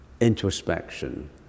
introspection